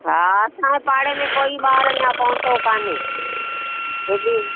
हा असांजे पाड़े में कोई ॿार अञां पहुतो काने हेॾियूं